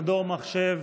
מדור מחשב,